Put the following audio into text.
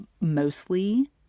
mostly